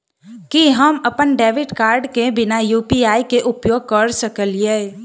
की हम अप्पन debit card केँ बिना यु.पी.आई केँ उपयोग करऽ सकलिये?